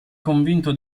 convinto